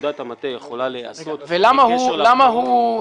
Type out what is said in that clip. עבודת המטה יכולה להיעשות בלי קשר לבחירות.